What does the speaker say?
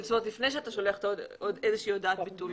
לפני שאתה שולח איזושהי הודעת ביטול,